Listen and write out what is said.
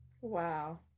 Wow